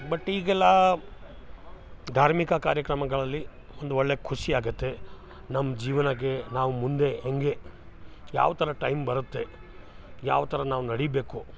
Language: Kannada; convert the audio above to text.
ಬಟ್ ಈಗೆಲ್ಲ ಧಾರ್ಮಿಕ ಕಾರ್ಯಕ್ರಮಗಳಲ್ಲಿ ಒಂದು ಒಳ್ಳೆಯ ಖುಷಿಯಾಗುತ್ತೆ ನಮ್ಮ ಜೀವನಕ್ಕೆ ನಾವು ಮುಂದೆ ಹೇಗೆ ಯಾವ ಥರ ಟೈಮ್ ಬರುತ್ತೆ ಯಾವ ಥರ ನಾವು ನಡಿಬೇಕು